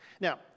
Now